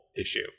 issue